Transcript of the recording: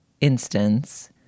instance